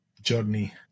journey